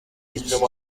iki